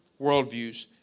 worldviews